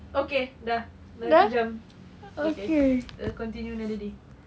okay dah dah satu jam okay continue another day